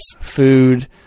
food